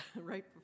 right